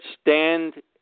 stand